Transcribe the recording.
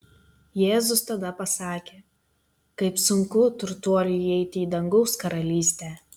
jėzus tada pasakė kaip sunku turtuoliui įeiti į dangaus karalystę